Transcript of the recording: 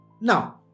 Now